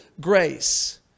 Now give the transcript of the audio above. Grace